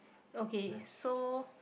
okay so